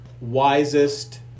wisest